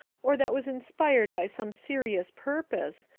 or that was inspired by some serious purpose,